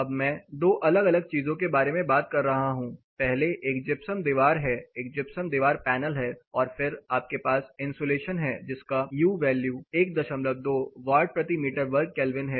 अब मैं दो अलग अलग चीजों के बारे में बात कर रहा हूं पहले एक जिप्सम दीवार है एक जिप्सम पैनल है और फिर आपके पास इन्सुलेशन है जिसका U वैल्यू 12 वाट प्रति मीटर वर्ग केल्विन है